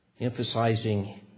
emphasizing